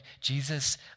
Jesus